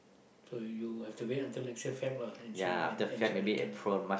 so you have to wait til next year Feb lah and you see and you see whether can ah